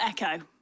Echo